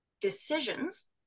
decisions